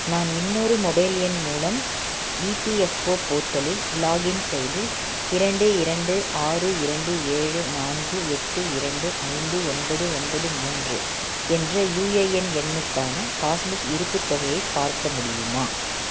நான் இன்னொரு மொபைல் எண் மூலம் இபிஎஃப்ஓ போர்ட்டலில் லாகின் செய்து இரண்டு இரண்டு ஆறு இரண்டு ஏழு நான்கு எட்டு இரண்டு ஐந்து ஒன்பது ஒன்பது மூன்று என்ற யுஏஎன் எண்ணுக்கான பாஸ் புக் இருப்புத் தொகையை பார்க்க முடியுமா